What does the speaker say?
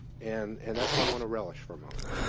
and and that's why i want to relish for a moment,